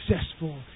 successful